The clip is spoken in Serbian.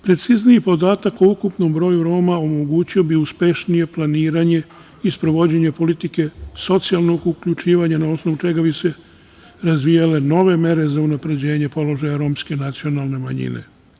Precizniji podatak o ukupnom broju Roma omogućio bi uspešnije planiranje i sprovođenje politike socijalnog uključivanja, a na osnovu čega bi se razvijale nove mere za unapređenje položaja romske nacionalne manjine.